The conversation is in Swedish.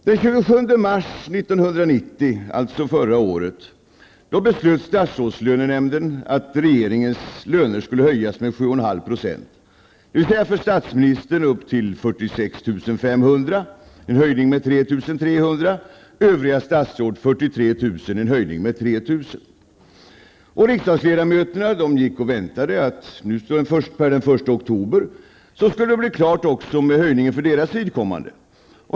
Den 46 500 kr., en höjning med 3 300, och för övriga statsråd till 43 000 kr., en höjning med 3 000. Och riksdagsledamöterna väntade att det per den 1 oktober skulle bli klart också med höjningen för deras vidkommande.